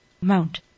mount